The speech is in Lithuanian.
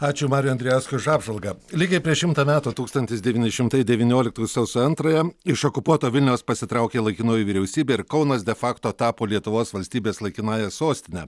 ačiū mariui andrijauskui už apžvalgą lygiai prieš šimtą metų tūkstantis devyni šimtai devynioliktų sausio antrąją iš okupuoto vilniaus pasitraukė laikinoji vyriausybė ir kaunas de facto tapo lietuvos valstybės laikinąja sostine